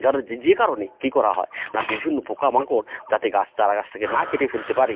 যার যে কারণে কী করা হয় না বিভিন্ন পোকা মাকড় যাতে গাছ চারা গাছটাকে না কেটে ফেলতে পারে